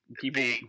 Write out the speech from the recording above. people